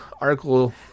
article